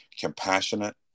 compassionate